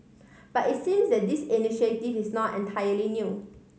but it seems that this initiative is not entirely new